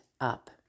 up